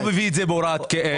אתה לא מביא את זה בהוראת שעה,